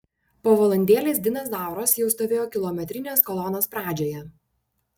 po valandėlės dinas zauras jau stovėjo kilometrinės kolonos pradžioje